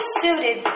suited